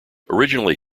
originally